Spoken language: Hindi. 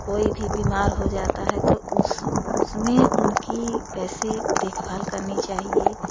कोई भी बीमार हो जाता है तो उस उसमें उनकी कैसे देखभाल करनी चाहिए